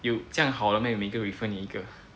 有这样好的 meh 每个人 refer 你一个